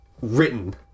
written